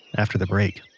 after the break